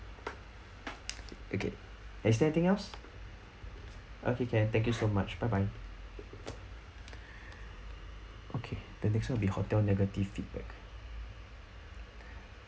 okay is there anything else okay can thank you so much bye bye okay the next [one] will be hotel negative feedback